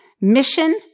mission